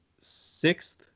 sixth